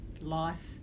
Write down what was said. life